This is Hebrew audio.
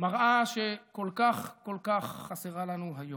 מראה שכל כך כל כך חסרה לנו היום,